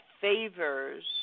favors